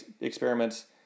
experiments